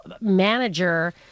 manager